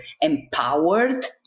empowered